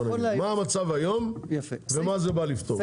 מה המצב היום ומה זה בא לפתור?